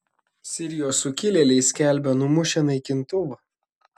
sirijos sukilėliai skelbia numušę naikintuvą